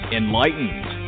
enlightened